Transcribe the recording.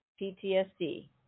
PTSD